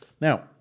Now